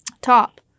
Top